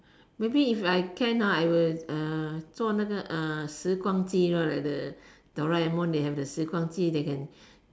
maybe if I can I will uh 做那个时光机 lor like the Doraemon they have the 时光机 they can